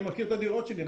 אני מכיר את הדירות שלי.